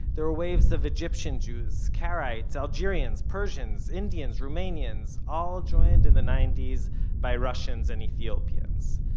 there were waves of egyptian jews, karaites, algerians, persians, indians, romanians, all joined in the nineties by russians and ethiopians.